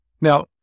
Now